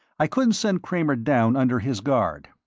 i couldn't send kramer down under his guard.